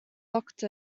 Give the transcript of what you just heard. locked